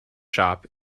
shop